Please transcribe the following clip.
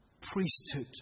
priesthood